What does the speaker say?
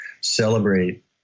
celebrate